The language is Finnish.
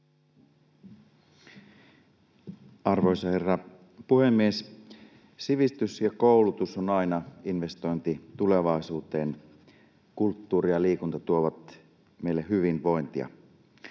Arvoisa herra puhemies! Sivistys ja koulutus ovat aina investointeja tulevaisuuteen. Kulttuuri ja liikunta tuovat meille hyvinvointia.